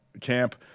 camp